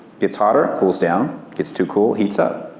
gets hotter, cools down, gets too cool, heats up.